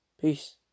Peace